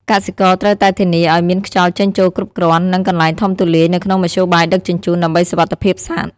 កសិករត្រូវតែធានាឱ្យមានខ្យល់ចេញចូលគ្រប់គ្រាន់ និងកន្លែងធំទូលាយនៅក្នុងមធ្យោបាយដឹកជញ្ជូន ដើម្បីសុវត្ថិភាពសត្វ។